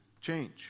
change